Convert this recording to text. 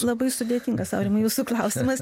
labai sudėtingas aurimui jūsų klausimas